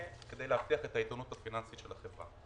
כדי להבטיח את האיתנות הפיננסית של החברה.